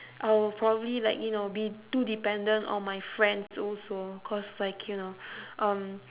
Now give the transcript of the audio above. I will probably like you know be too dependent on my friends also cause like you know um